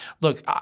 Look